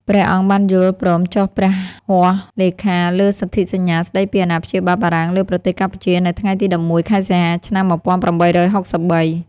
ព្រះអង្គបានយល់ព្រមចុះព្រះហស្តលេខាលើសន្ធិសញ្ញាស្តីពីអាណាព្យាបាលបារាំងលើប្រទេសកម្ពុជា នៅថ្ងៃទី ១១ ខែសីហា ឆ្នាំ ១៨៦៣។